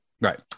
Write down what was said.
right